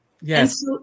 Yes